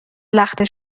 لخته